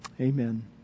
Amen